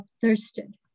thirsted